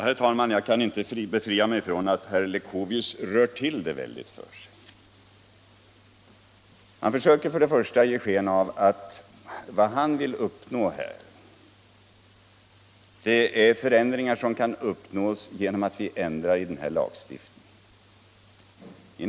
Herr talman! Jag kan inte komma ifrån intrycket att herr Leuchovius rör till det väldigt för sig. Han vill ge sken av att de förändringar han vill åstadkomma kan uppnås genom att vi ändrar lagstiftningen.